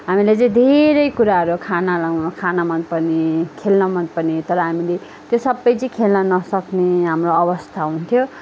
हामीले चाहिँ धेरै कुराहरू खान लाउन खान मन पर्ने खेल्न मन पर्ने तर हामीले त्यो सबै चाहिँ खेल्न नसक्ने हाम्रो अवस्था हुन्थ्यो